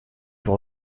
peut